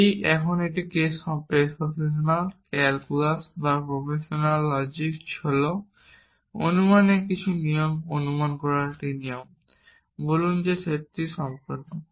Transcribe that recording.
এটি এখন case propositional calculus বা প্রফেশনাল লজিক হল অনুমানের কিছু নিয়ম অনুমান করার একটি নিয়ম এবং বলুন যে এই সেটটি সম্পূর্ণ